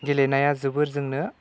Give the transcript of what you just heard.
गेलेनाया जोबोर जोंनो